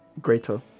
greater